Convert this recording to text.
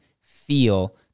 feel